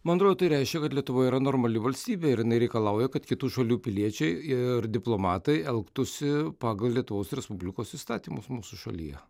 man atrodo tai reiškia kad lietuva yra normali valstybė ir jinai reikalauja kad kitų šalių piliečiai ir diplomatai elgtųsi pagal lietuvos respublikos įstatymus mūsų šalyje